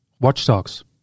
watchdogs